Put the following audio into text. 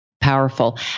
powerful